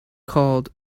called